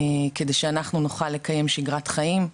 כדי שאנחנו נוכל לקיים שגרת חיים,